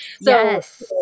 Yes